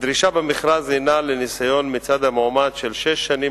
הדרישה במכרז היא שלמועמד יהיה ניסיון של שש שנים